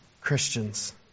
Christians